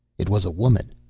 it was a woman.